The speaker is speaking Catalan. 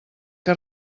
que